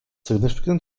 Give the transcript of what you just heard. significant